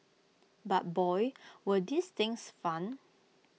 but boy were these things fun